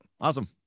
Awesome